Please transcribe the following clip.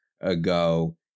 ago